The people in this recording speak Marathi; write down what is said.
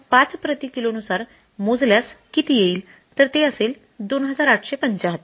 ५ प्रति किलो नुसार मोजल्यास किती येईल तर ते असेल २८७५